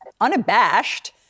unabashed